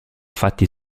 fatti